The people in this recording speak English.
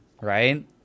right